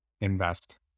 invest